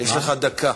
יש לך דקה.